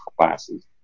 classes